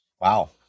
Wow